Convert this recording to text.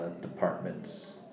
departments